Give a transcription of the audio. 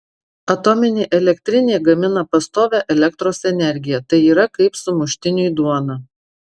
atominė elektrinė gamina pastovią elektros energiją tai yra kaip sumuštiniui duona